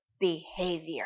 behavior